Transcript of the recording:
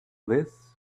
this